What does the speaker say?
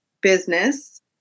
business